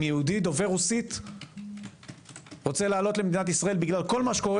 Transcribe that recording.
אם יהודי דובר רוסית רוצה לעלות למדינת ישראל בגלל כל מה שקורה